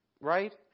Right